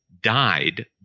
died